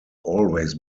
always